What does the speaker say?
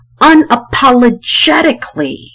Unapologetically